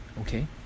Okay